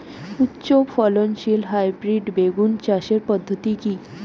উচ্চ ফলনশীল হাইব্রিড বেগুন চাষের পদ্ধতি কী?